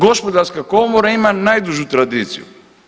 Gospodarska komora ima najdužu tradiciju.